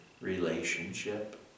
relationship